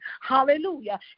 hallelujah